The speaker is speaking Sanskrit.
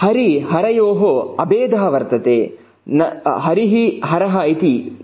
हरिहरयोः अभेदः वर्तते न हरिः हरः इति